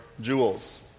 jewels